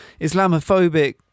Islamophobic